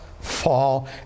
fall